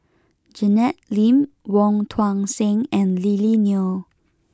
Janet Lim Wong Tuang Seng and Lily Neo